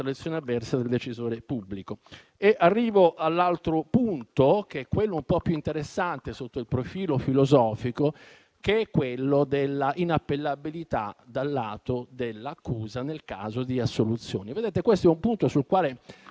selezione avversa del decisore pubblico. Arrivo ad un altro punto, un po' più interessante sotto il profilo filosofico, che è quello dell'inappellabilità dal lato dell'accusa nel caso di assoluzione. Questo è un punto sul quale